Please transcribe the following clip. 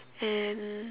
and